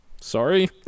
Sorry